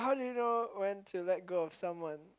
how do you know when to let go of someone